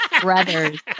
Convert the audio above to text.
brothers